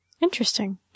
Interesting